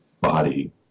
body